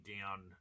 down